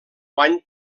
bany